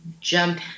jump